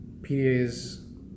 PDAs